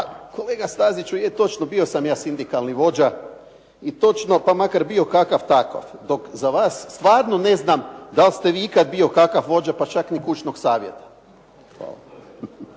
kolega Staziću, je točno, bio sam ja sindikalni vođa i točno, pa makar bio kakav takav, dok za vas stvarno ne znam da li ste vi ikad bio kakav vođe, pa čak ni kućnog savjeta.